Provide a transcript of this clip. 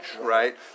right